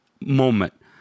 moment